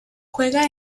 juega